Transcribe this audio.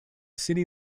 city